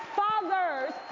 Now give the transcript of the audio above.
fathers